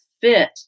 fit